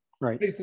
right